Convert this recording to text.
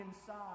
inside